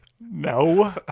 No